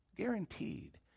Guaranteed